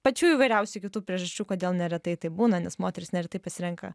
pačių įvairiausių kitų priežasčių kodėl neretai taip būna nes moterys neretai pasirenka